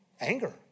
anger